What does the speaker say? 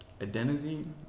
adenosine